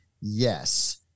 Yes